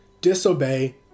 disobey